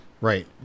Right